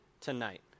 tonight